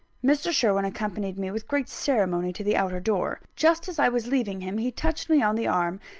mr. sherwin accompanied me with great ceremony to the outer door. just as i was leaving him, he touched me on the arm,